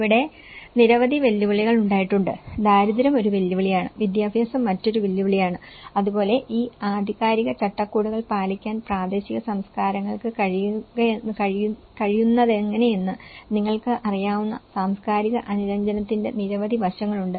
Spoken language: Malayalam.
ഇവിടെ നിരവധി വെല്ലുവിളികൾ ഉണ്ടായിട്ടുണ്ട് ദാരിദ്ര്യം ഒരു വെല്ലുവിളിയാണ് വിദ്യാഭ്യാസം മറ്റൊരു വെല്ലുവിളിയാണ് അതുപോലെ ഈ ആധികാരിക ചട്ടക്കൂടുകൾ പാലിക്കാൻ പ്രാദേശിക സംസ്കാരങ്ങൾക്ക് കഴിയുന്നതെങ്ങനെയെന്ന് നിങ്ങൾക്ക് അറിയാവുന്ന സാംസ്കാരിക അനുരഞ്ജനത്തിന്റെ നിരവധി വശങ്ങളുണ്ട്